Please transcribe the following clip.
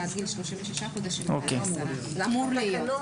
עד גיל 36 אמור להיות.